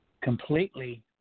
completely